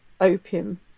opium